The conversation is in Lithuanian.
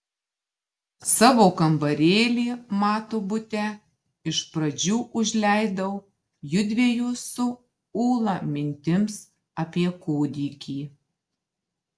savo kambarėlį mato bute iš pradžių užleidau jųdviejų su ūla mintims apie kūdikį